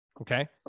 okay